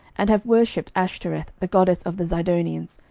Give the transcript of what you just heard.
and have worshipped ashtoreth the goddess of the zidonians,